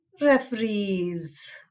referees